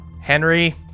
Henry